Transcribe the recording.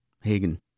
Hagen